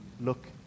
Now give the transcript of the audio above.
look